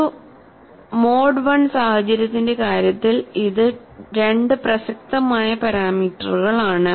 ഒരു mode I സാഹചര്യത്തിന്റെ കാര്യത്തിൽ ഇത് 2 പ്രസക്തമായ പാരാമീറ്ററുകളാണ്